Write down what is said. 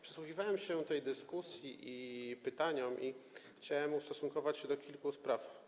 Przysłuchiwałem się tej dyskusji i pytaniom i chciałem ustosunkować się do kilku spraw.